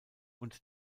und